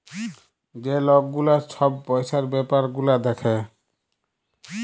যে লক গুলা ছব পইসার ব্যাপার গুলা দ্যাখে